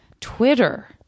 Twitter